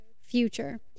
future